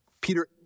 Peter